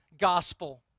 gospel